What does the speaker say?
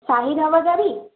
শাহি ধাবা যাবি